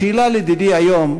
השאלה לדידי היום,